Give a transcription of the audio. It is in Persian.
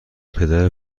پدر